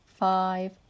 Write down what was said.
Five